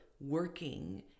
working